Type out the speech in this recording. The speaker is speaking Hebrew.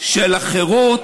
של החירות,